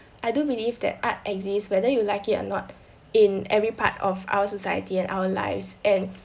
I do believe that art exists whether you like it or not in every part of our society and our lives and